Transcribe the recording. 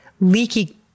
leaky